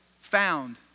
found